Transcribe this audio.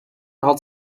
had